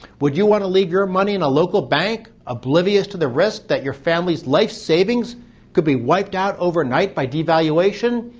would you want to leave your money in a local bank, oblivious to the risk that your family's life savings could be wiped out overnight by devaluation?